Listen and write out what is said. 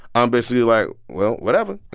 i'm basically like, well, whatever,